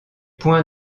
points